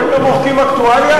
אתם לא מוחקים אקטואליה?